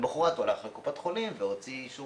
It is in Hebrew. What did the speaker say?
למוחרת הוא הלך לקופת חולים והוציא אישור